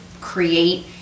create